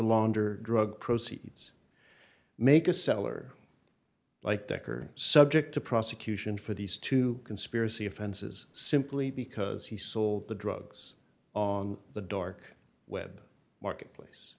launder drug proceeds make a seller like dekker subject to prosecution for these two conspiracy offenses simply because he sold the drugs on the dark web marketplace